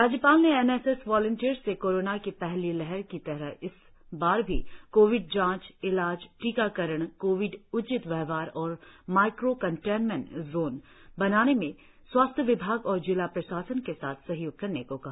राज्यपाल ने N S S volunteers से कोरोना की पहली लहर की तरह इस बार भी कोविड जांच इलाज टीकाकरण कोविड उचित व्यवहार और माइक्रो कंटेनमेंट जोन बनाने में स्वास्थ्य विभाग और जिला प्रशासन के साथ सहयोग करने को कहा